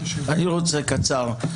כן אני רוצה קצר אני רוצה קצר,